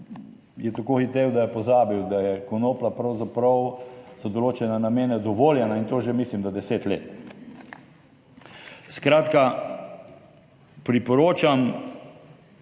je tako hitel, da je pozabil, da je konoplja pravzaprav za določene namene dovoljena, in to že mislim, da deset let. Skratka priporočam,